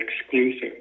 exclusive